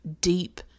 deep